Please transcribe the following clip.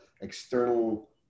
external